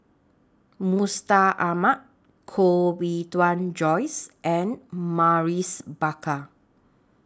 Mustaq Ahmad Koh Bee Tuan Joyce and Maurice Baker